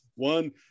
One